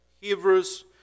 Hebrews